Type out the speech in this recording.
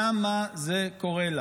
למה זה קורה לה?